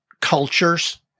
Cultures